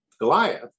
Goliath